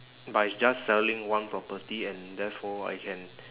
by just selling one property and therefore I can